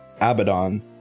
Abaddon